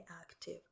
active